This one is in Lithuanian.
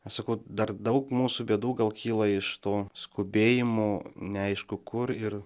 aš sakau dar daug mūsų bėdų gal kyla iš to skubėjimo neaišku kur ir